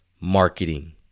marketing